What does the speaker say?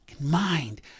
mind